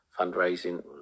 fundraising